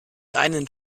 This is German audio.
einen